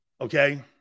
Okay